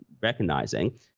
recognizing